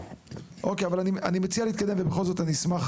אני מציע להתקדם, אבל בכל זאת אני אשמח